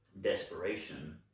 desperation